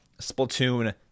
Splatoon